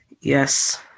Yes